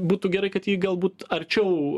būtų gerai kad ji galbūt arčiau